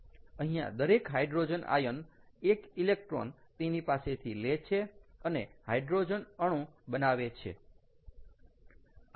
અહીંયા દરેક hydrogen ion 1 electron તેની પાસેથી લે છે અને હાઇડ્રોજન અણુ બનાવે છે